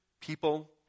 people